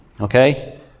okay